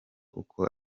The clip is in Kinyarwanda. uko